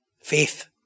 Faith